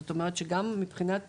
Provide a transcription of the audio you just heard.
זאת אומרת שגם מבחינת